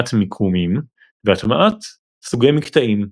הטמעת מיקומים והטמעת סוגי מקטעים.